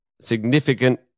significant